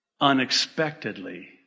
unexpectedly